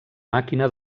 màquina